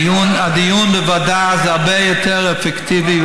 הדיון בוועדה הרבה יותר אפקטיבי,